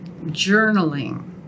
journaling